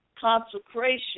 consecration